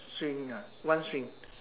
string ah one string